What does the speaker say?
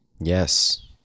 Yes